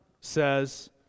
says